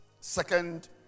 Second